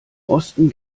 osten